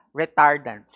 retardants